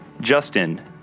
Justin